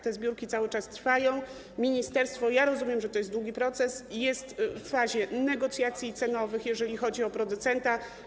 Te zbiórki cały czas trwają, ministerstwo - ja rozumiem, że to jest długi proces - jest w fazie negocjacji cenowych, jeżeli chodzi o producenta.